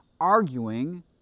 arguing